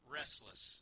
restless